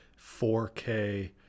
4k